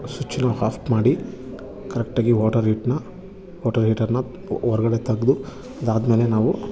ಸ್ವಿಚ್ಚನ್ನ off ಮಾಡಿ ಕರೆಕ್ಟಾಗಿ water ಹೀಟ್ನ ವಾಟರ್ ಹೀಟರನ್ನ ಹೊರ್ಗಡೆ ತೆಗ್ದು ಅದಾದ ಮೇಲೆ ನಾವು